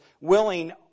willing